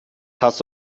hast